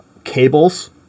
cables